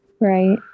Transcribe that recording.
Right